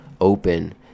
open